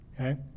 okay